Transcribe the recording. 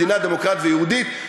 מדינה דמוקרטית ויהודית,